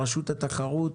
רשות התחרות,